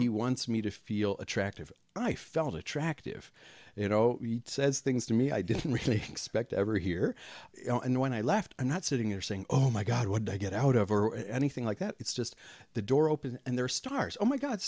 he wants me to feel attractive i felt attractive you know says things to me i didn't really expect ever here and when i left i'm not sitting there saying oh my god what did i get out of or anything like that it's just the door open and there are stars oh my god